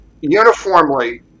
uniformly